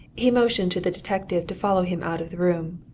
he motioned to the detective to follow him out of the room.